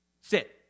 sit